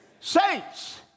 Saints